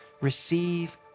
Receive